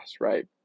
right